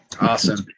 Awesome